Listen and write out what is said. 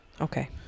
Okay